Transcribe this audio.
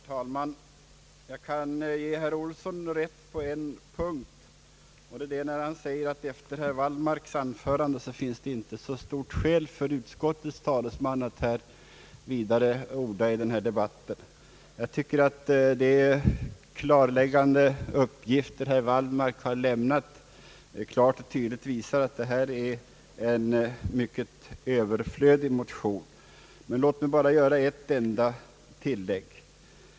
Herr talman! Jag kan ge herr Olsson rätt på en punkt, nämligen när han säger att det efter herr Wallmarks anförande inte finns så stort skäl för utskottets talesman att vidare orda i denna debatt. De klarläggande uppgifter som herr Wallmark har lämnat visar tydligt att det här är fråga om en mycket överflödig motion, men låt mig göra ett enda tillägg.